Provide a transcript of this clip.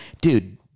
dude